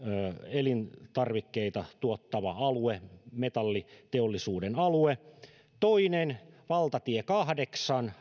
elintarvikkeita tuottava alue metalliteollisuuden alue toinen valtatie kahdeksan